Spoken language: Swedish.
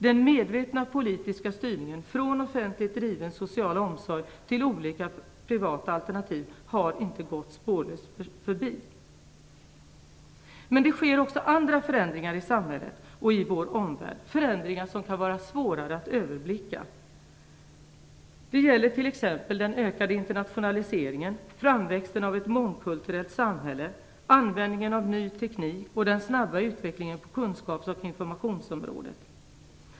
Den medvetna politiska styrningen från offentligt driven social omsorg till olika privata alternativ har inte gått spårlöst förbi. Men det sker också andra förändringar i samhället och i vår omvärld, förändringar som kan vara svårare att överblicka. Det gäller t.ex. den ökade internationaliseringen, framväxten av ett mångkulturellt samhälle, användningen av ny teknik och den snabba utvecklingen på kunskaps och informationsområdet.